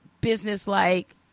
business-like